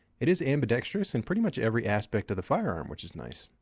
it is ambidextrous in pretty much every aspect of the firearm which is nice.